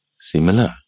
Similar